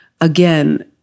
again